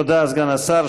תודה, סגן השר.